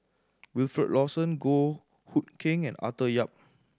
Wilfed Lawson Goh Hood Keng and Arthur Yap